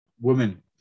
women